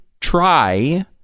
try